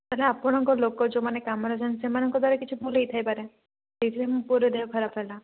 ତାହାଲେ ଆପଣଙ୍କ ଲୋକ ଯେଉଁମାନେ କାମରେ ଯାଆନ୍ତି ସେମାନଙ୍କ ଦ୍ୱାରା କିଛି ଭୁଲ ହେଇଥାଇପାରେ ସେଇଥିପାଇଁ ମୋ ପୁଅର ଦେହ ଖରାପହେଲା